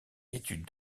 études